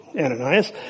Ananias